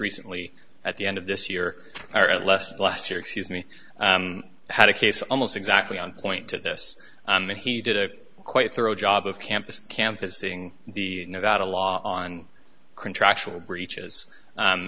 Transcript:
recently at the end of this year or at lest last year excuse me had a case almost exactly on point at this and he did a quite thorough job of campus campus seeing the nevada law on contractual breaches